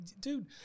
dude